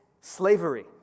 slavery